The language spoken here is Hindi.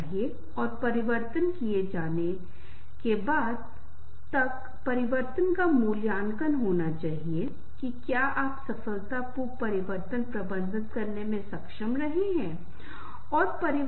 इसलिए मैं यह निष्कर्ष निकालना चाहूंगा कि हमारे जीवन में संबंध बहुत मायने रखता है कि क्या यह संघर्ष से संबंधित है यह व्यक्तिगत समस्याओं पारिवारिक समस्याओं से संबंधित है हमेशा हमें संबंध विकसित करने का प्रयास करना चाहिए